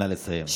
נא לסיים.